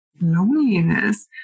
loneliness